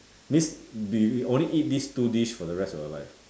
this be we only eat this two dish for the rest of your life